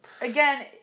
Again